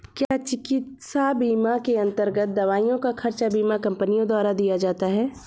क्या चिकित्सा बीमा के अन्तर्गत दवाइयों का खर्च बीमा कंपनियों द्वारा दिया जाता है?